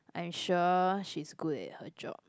I'm sure she's good at her job